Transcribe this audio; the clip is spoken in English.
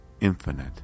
infinite